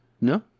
No